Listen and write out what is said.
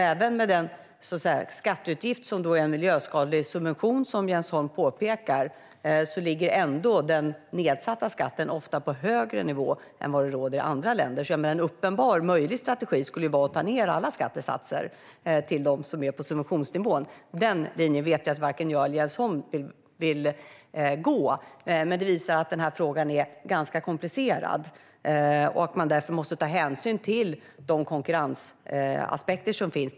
Även med den skatteutgift som är en miljöskadlig subvention, som Jens Holm påpekar, ligger den nedsatta skatten ändå ofta på en högre nivå än den rådande i andra länder. En uppenbar möjlig strategi skulle vara att ta ned alla skattesatser till dem på subventionsnivån. Den linjen vet jag att varken jag eller Jens Holm vill gå på, men det visar att den här frågan är ganska komplicerad och att man därför måste ta hänsyn till de konkurrensaspekter som finns.